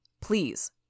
Please